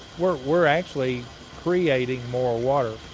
we're we're actually creating more water.